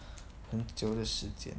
很久的时间